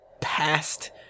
past